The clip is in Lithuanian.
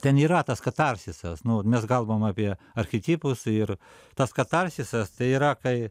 ten yra tas katarsisas nu mes kalbam apie archetipus ir tas katarsisas tai yra kai